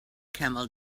camel